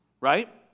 right